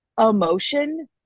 emotion